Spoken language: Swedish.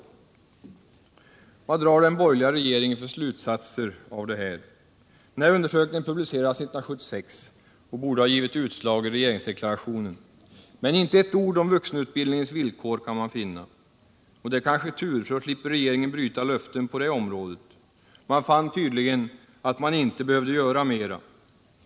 Vad drar den borgerliga regeringen för slutsatser av detta? Den här undersökningen publicerades 1976 och borde ha givit utslag i regeringsdeklarationen. Men inte ett ord om vuxenutbildningens villkor kan man finna. Och det är kanske tur, för då slipper regeringen bryta löften på detta område. Man fann tydligen att man inte behövde göra mera.